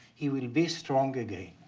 he will be strong again.